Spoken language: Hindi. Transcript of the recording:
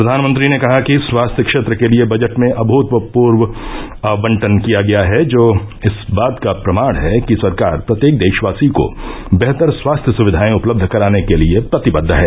प्रधानमंत्री ने कहा कि स्वास्थ्य क्षेत्र के लिए बजट में अभूतपूर्व आवंटन किया गया है जो इस बात का प्रमाण है कि सरकार प्रत्येक देशवासी को बेहतर स्वास्थ्य सुक्विाएं उपलब्ध कराने के लिए प्रतिबद्ध है